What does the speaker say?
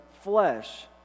flesh